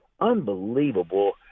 unbelievable